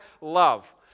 love